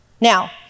Now